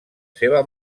seva